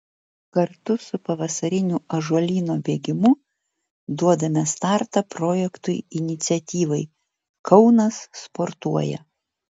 kartu su pavasariniu ąžuolyno bėgimu duodame startą projektui iniciatyvai kaunas sportuoja